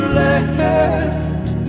left